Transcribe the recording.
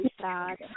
sad